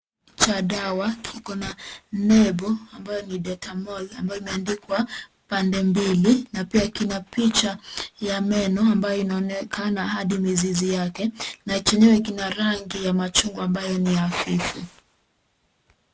Cha dawa kiko na nembo ambayo ni Dentamol ambayo imeandikwa pande mbili na pia kina picha ya meno ambayo inaonekana hadi mizizi yake na chenyewe kina rangi ya machungwa ambayo ni hafifu.